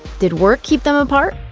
did work keep them apart?